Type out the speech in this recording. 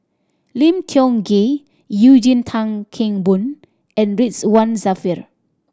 Lim Kiong Ghee Eugene Tan Kheng Boon and Ridzwan Dzafir